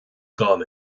gan